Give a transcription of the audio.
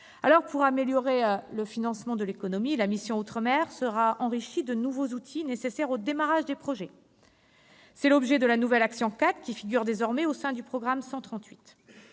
Pour améliorer le financement de l'économie, la mission « Outre-mer » sera enrichie de nouveaux outils nécessaires au démarrage des projets. C'est l'objet de la nouvelle action n° 04, qui figure désormais au sein du programme 138.